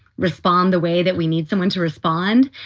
respond the way that we need someone to respond.